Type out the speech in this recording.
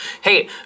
Hey